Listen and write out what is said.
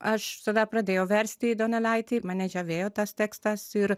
aš tada pradėjau versti donelaitį mane žavėjo tas tekstas ir